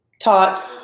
taught